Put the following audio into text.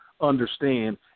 understand